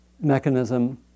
mechanism